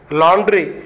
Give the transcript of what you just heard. laundry